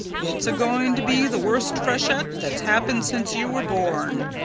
it's a-going to be the worst freshet that's happened since you were born,